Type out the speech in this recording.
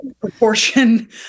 proportion